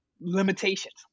limitations